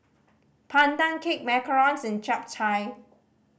Pandan Cake macarons and Chap Chai